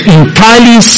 entirely